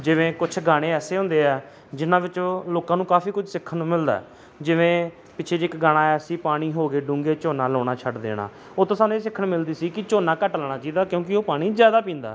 ਜਿਵੇਂ ਕੁਛ ਗਾਣੇ ਐਸੇ ਹੁੰਦੇ ਆ ਜਿਹਨਾਂ ਵਿੱਚੋਂ ਲੋਕਾਂ ਨੂੰ ਕਾਫੀ ਕੁਝ ਸਿੱਖਣ ਨੂੰ ਮਿਲਦਾ ਜਿਵੇਂ ਪਿੱਛੇ ਜੇ ਇੱਕ ਗਾਣਾ ਆਇਆ ਸੀ ਪਾਣੀ ਹੋ ਕੇ ਡੂੰਘੇ ਝੋਨਾ ਲਾਉਣਾ ਛੱਡ ਦੇਣਾ ਉਹ ਤੋਂ ਸਾਨੂੰ ਸਿੱਖਣ ਮਿਲਦੀ ਸੀ ਕਿ ਝੋਨਾ ਘੱਟ ਲਾਉਣਾ ਚਾਹੀਦਾ ਕਿਉਂਕਿ ਉਹ ਪਾਣੀ ਜ਼ਿਆਦਾ ਪੀਂਦਾ